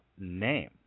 name